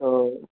تو